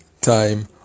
time